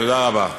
תודה רבה.